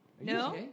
No